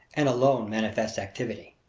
and alone manifests activity.